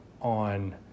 on